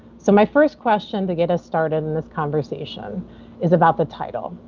so my first question to get us started in the conversation is about the title.